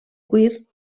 cuir